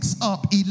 up